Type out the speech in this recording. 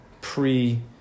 pre